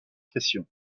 pression